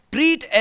Treat